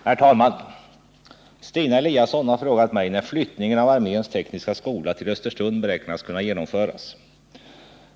Herr talman! Stina Eliasson har frågat mig när flyttningen av arméns tekniska skola till Östersund beräknas kunna genomföras.